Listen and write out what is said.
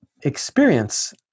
experience